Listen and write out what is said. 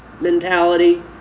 mentality